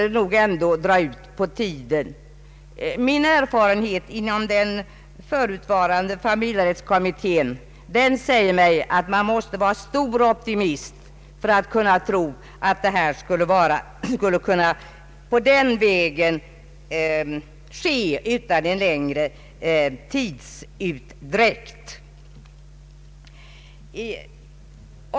Fröken Mattson sitter ju själv i denna utredning. Min erfarenhet inom den förutvarande familjerättskommittén säger mig att man måste vara stor optimist för att kunna tro att ändringar skulle kunna ske den vägen utan längre tidsutdräkt.